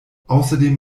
außerdem